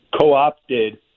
co-opted